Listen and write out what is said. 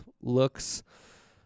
looks